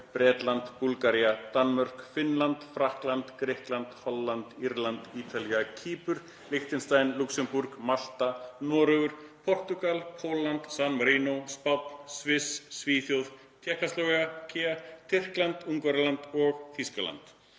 Bretland, Búlgaría, Danmörk, Finnland, Frakkland, Grikkland, Holland, Írland, Ítalía, Kýpur, Liechtenstein, Lúxemborg, Malta, Noregur, Portúgal, Pólland, San Marínó, Spánn, Sviss, Svíþjóð, Tékkóslóvakía, Tyrkland, Ungverjaland og Þýskaland.“